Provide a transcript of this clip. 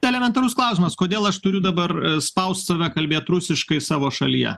elementarus klausimas kodėl aš turiu dabar spaust save kalbėt rusiškai savo šalyje